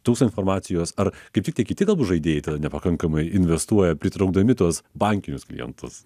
trūksta informacijos ar kaip tik tie kiti galbūt žaidėjai tada nepakankamai investuoja pritraukdami tuos bankinius klientus